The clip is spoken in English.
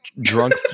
drunk